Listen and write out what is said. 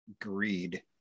greed